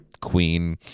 queen